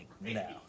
No